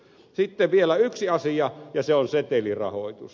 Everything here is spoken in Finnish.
sitten vielä yksi asia ja se on setelirahoitus